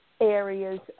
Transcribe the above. areas